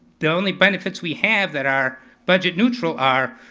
the only benefits we have that are budget neutral are